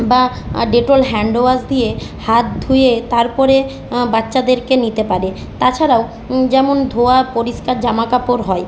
বা Dettol hand wash দিয়ে হাত ধুয়ে তার পরে বাচ্চাদেরকে নিতে পারে তাছাড়াও যেমন ধোয়া পরিষ্কার জামা কাপড় হয়